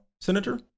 Senator